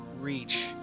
reach